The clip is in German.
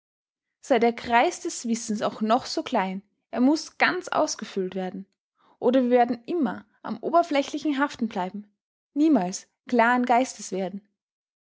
sei der kreis des wissens auch noch so klein er muß ganz ausgefüllt werden oder wir werden immer am oberflächlichen haften bleiben niemals klaren geistes werden